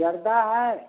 ज़र्दा है